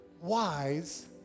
wise